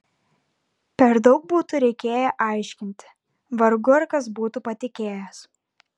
per daug būtų reikėję aiškinti vargu ar kas būtų patikėjęs